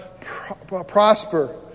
prosper